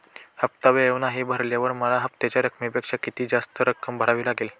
हफ्ता वेळेवर नाही भरल्यावर मला हप्त्याच्या रकमेपेक्षा किती जास्त रक्कम भरावी लागेल?